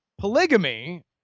polygamy